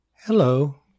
Hello